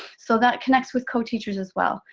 so that connects with co-teachers as well.